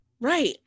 right